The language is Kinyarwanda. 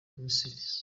misiri